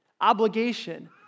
Obligation